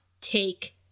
take